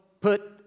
put